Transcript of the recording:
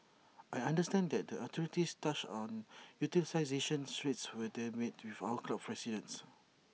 I understand that the authorities touched on utilisation rates when they met with our club's presidents